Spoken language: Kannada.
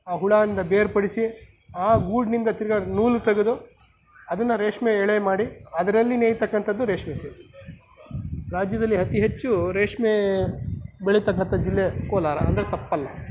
ಆ ಹುಳದಿಂದ ಬೇರ್ಪಡಿಸಿ ಆ ಗೂಡಿನಿಂದ ತಿರ್ಗಿ ನೂಲು ತೆಗ್ದು ಅದನ್ನ ರೇಷ್ಮೆ ಎಳೆ ಮಾಡಿ ಅದರಲ್ಲಿ ನೇಯತಕ್ಕಂಥದ್ದು ರೇಷ್ಮೆ ಸೀರೆ ರಾಜ್ಯದಲ್ಲಿ ಅತಿ ಹೆಚ್ಚು ರೇಷ್ಮೆ ಬೆಳೀತಕ್ಕಂಥ ಜಿಲ್ಲೆ ಕೋಲಾರ ಅಂದರೆ ತಪ್ಪಲ್ಲ